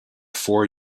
four